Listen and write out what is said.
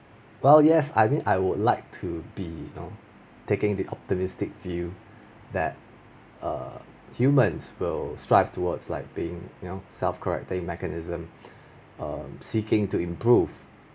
!whoa! yes I mean I would like to be you know taking the optimistic view that err humans will strive towards like being you know self-correcting mechanism um seeking to improve